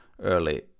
early